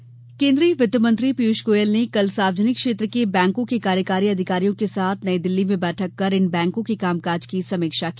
गोयल बैठक केन्द्रीय वित्तमंत्री पीयूष गोयल ने कल सार्वजनिक क्षेत्र के बैंकों के कार्यकारी अधिकारियों के साथ नई दिल्ली में बैठक कर इन बैंकों के काम काज की समीक्षा की